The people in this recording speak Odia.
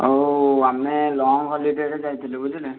ଆଉ ଆମେ ଲଙ୍ଗ୍ ହଲିଡ଼େରେ ଯାଇଥିଲୁ ବୁଝିଲେ